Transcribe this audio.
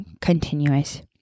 continuous